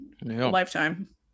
lifetime